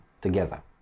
together